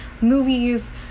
movies